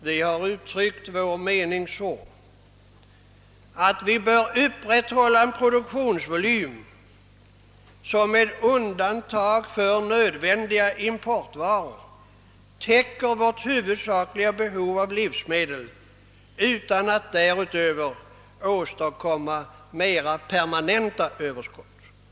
Vi har uttryckt som vår uppfattning, att en produktionsvolym bör upprätthållas som med undantag för nödvändiga importvaror täcker vårt huvudsakliga behov av livsmedel utan att därutöver åstadkomma mera permanenta överskott.